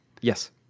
Yes